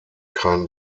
kein